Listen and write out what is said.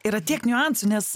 yra tiek niuansų nes